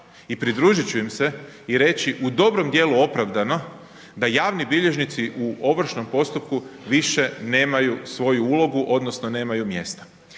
i pridružit ću im se i reći u dobrom djelu opravdano da javni bilježnici u ovršnom postupku više nemaju svoju ulogu odnosno nemaju mjesta.